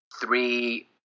three